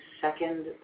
second